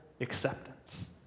acceptance